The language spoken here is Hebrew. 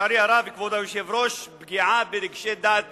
לצערי הרב, כבוד היושב-ראש, פגיעה ברגשי דת